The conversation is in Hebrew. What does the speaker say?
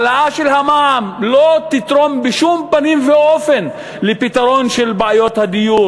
העלאת המע"מ לא תתרום לפתרון בעיות הדיור